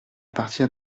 partir